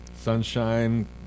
sunshine